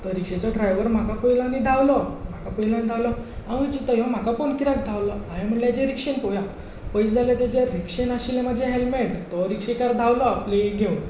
तो रिक्षेचो ड्रायवर म्हाका पयलो आनी धांवलो म्हाका पयलो आनी धांवलो हांवूय चित्ता हो म्हाका पोवन कित्याक धांवलो हांवें म्हणले हाजे रिक्षेन पळोवया पळयत जाल्यार ताजे रिक्षेन आशिल्लें म्हाजें हेल्मेट तो रिक्षेकार धांवलो आपलें घेवन आनी